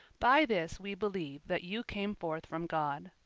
by this we believe that you came forth from god.